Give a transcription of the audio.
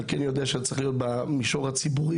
אבל כן יודע שאתה צריך להיות במישור הציבורי,